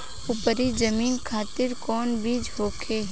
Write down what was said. उपरी जमीन खातिर कौन बीज होखे?